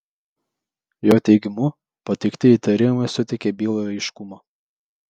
jo teigimu pateikti įtarimai suteikia bylai aiškumo